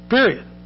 Period